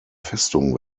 festung